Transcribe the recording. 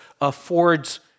affords